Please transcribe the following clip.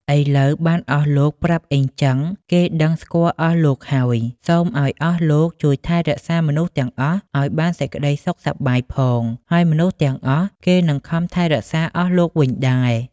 ឥឡូវបានអស់លោកប្រាប់អីចឹង គេដឹង-ស្គាល់អស់លោកហើយ សុំឲ្យអស់លោកជួយថែរក្សាមនុស្សទាំងអស់ ឲ្យបានសេចក្ដីសុខសប្បាយផង ហើយមនុស្សទាំងអស់ គេនឹងខំថែរក្សាអស់លោកវិញដែរ ។